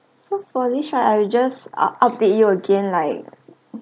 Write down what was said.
so for this right I will just ah update you again like